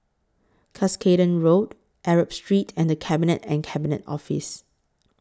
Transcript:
Cuscaden Road Arab Street and The Cabinet and Cabinet Office